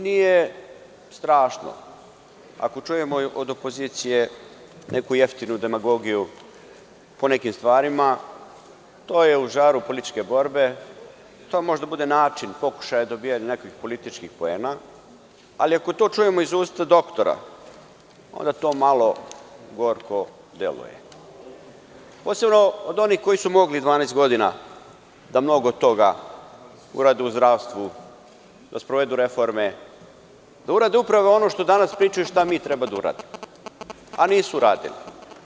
Nije strašno ako čujemo od opozicije neku jeftinu demagogiju o nekim stvarima, to je u žaru političke borbe, to može da bude način pokušaja dobijanja nekih političkih poena, ali ako to čujemo iz usta doktora, onda to malo gorko deluje, posebno od onih koji su 12 godina mogli da mnogo toga urade u zdravstvu, da sprovedu reforme, da urade upravo ono što danas pričaju šta mi treba da uradimo, a nisu uradili.